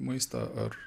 maistą ar